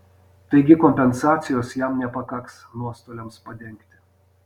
taigi kompensacijos jam nepakaks nuostoliams padengti